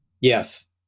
Yes